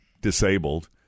disabled